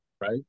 Right